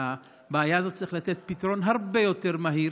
שלבעיה הזאת צריך לתת פתרון הרבה יותר מהיר,